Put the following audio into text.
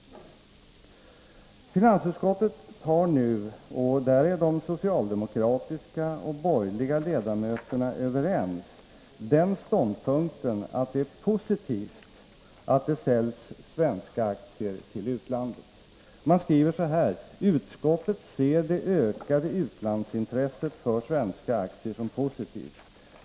Finansutskottet tar den ståndpunkten — och där är de socialdemokratiska och de borgerliga ledamöterna överens — att det är positivt att det säljs svenska aktier till utlandet. Man skriver: ”Utskottet ser det ökade utlandsintresset för svenska aktier som positivt.